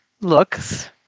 looks